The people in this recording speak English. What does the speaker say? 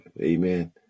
Amen